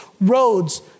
roads